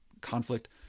conflict